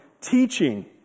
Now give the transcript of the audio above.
teaching